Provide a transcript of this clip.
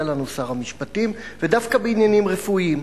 לנו שר המשפטים ודווקא בעניינים רפואיים.